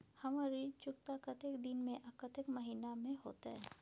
हमर ऋण चुकता कतेक दिन में आ कतेक महीना में होतै?